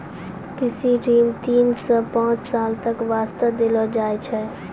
कृषि ऋण तीन सॅ पांच साल तक वास्तॅ देलो जाय छै